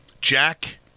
Jack